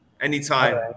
anytime